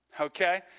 Okay